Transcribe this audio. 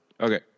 Okay